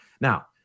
Now